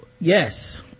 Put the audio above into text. Yes